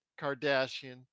Kardashian